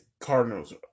Cardinals